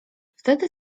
wtedy